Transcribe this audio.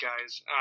guys